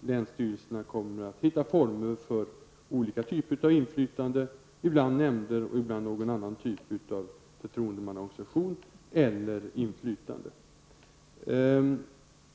länsstyrelserna kommer att hitta former för olika typer av inflytande, ibland nämnd och ibland någon annan typ av förtroendemannaorganisation eller inflytande.